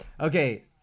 Okay